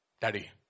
Daddy